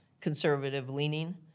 conservative-leaning